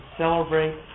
celebrate